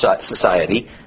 society